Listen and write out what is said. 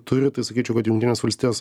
turi tai sakyčiau kad jungtinės valstijos